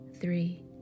three